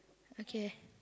okay